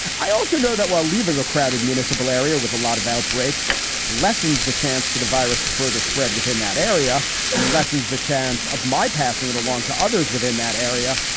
i also know that while leaving a crowded municipal area with a lot of outbreak lessens the chance for the virus to further spread within that area and lessens the chance of my passing it along to others within that area.